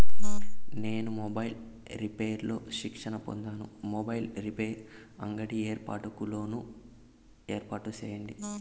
నేను mobiles repairs లో శిక్షణ పొందాను, మొబైల్ రిపైర్స్ అంగడి ఏర్పాటుకు లోను ఏర్పాటు సేయండి?